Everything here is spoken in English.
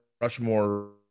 Rushmore